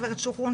גברת שוקרון,